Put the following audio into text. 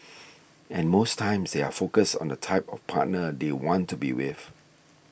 and most times they are focused on the type of partner they want to be with